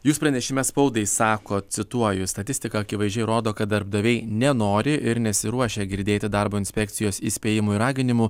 jūs pranešime spaudai sakot cituoju statistika akivaizdžiai rodo kad darbdaviai nenori ir nesiruošia girdėti darbo inspekcijos įspėjimų ir raginimų